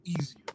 easier